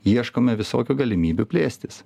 ieškome visokių galimybių plėstis